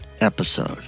episode